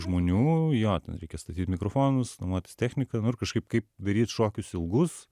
žmonių jo ten reikia statyt mikrofonus nuomotis techniką nu ir kažkaip kaip daryt šokius ilgus